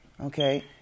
okay